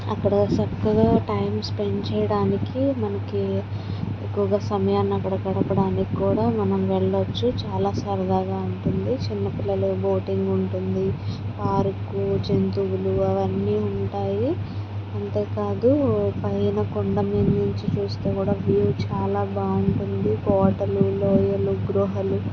అక్కడ చక్కగా time spend చేయడానికి మనకి ఎక్కువగా సమయాన్ని అక్కడ గడపడానికి కూడా మనం వెళ్లొచ్చు చాలా సరదాగా ఉంటుంది చిన్న పిల్లలు బోటింగ్ ఉంటుంది పార్కు జంతువులు అవన్నీ ఉంటాయి అంతేకాదు పైన కొండ మీద నుంచి చుస్తే కూడా వ్యూ చాలా బాగుంటుంది కోటలు లోయలు గుహలు